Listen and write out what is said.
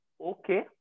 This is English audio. okay